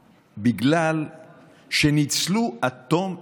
ברצוני לשאול: 1. האם נכון הדבר?